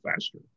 faster